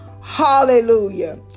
Hallelujah